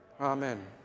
Amen